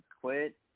quit